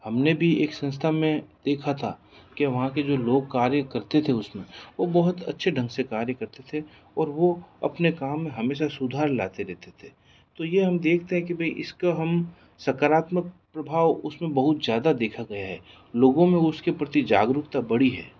हमने भी एक संस्था में देखा था कि वहाँ के जो लोग कार्य करते थे उसमें वह बहुत अच्छे ढंग से कार्य करते थे और वह अपने काम में हमेशा सुधार लाते रहते थे तो यह हम देखते हैं कि भाई इसको हम सकारात्मक प्रभाव उसमें बहुत ज़्यादा देखा गया है लोगों में उसके प्रति जागरूकता बढ़ी है